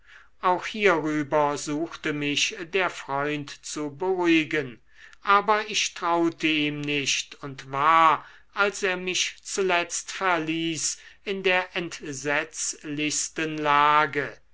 auch hierüber suchte mich der freund zu beruhigen aber ich traute ihm nicht und war als er mich zuletzt verließ in der entsetzlichsten lage